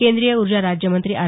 केंद्रीय ऊर्जा राज्यमंत्री आर